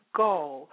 goal